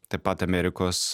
taip pat amerikos